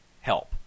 help